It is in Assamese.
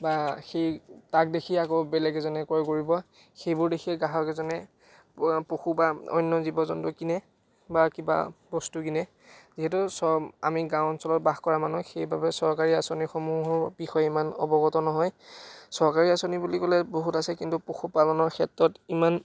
বা সেই তাক দেখি আকৌ বেলেগ এজনে ক্ৰয় কৰিব সেইবোৰ দেখিয়েই গ্ৰাহক এজনে পশু বা অন্য জীৱ জন্তু কিনে বা কিবা বস্তু কিনে যিহেতু সব আমি গাঁও অঞ্চলত বাস কৰা মানুহ সেইবাৰে চৰকাৰী আঁচনি সমূহৰ বিষয়ে ইমান অৱগত নহয় চৰকাৰী আঁচনি বুলি ক'লে বহুত আছে কিন্তু পশুপালনৰ ক্ষেত্ৰত ইমান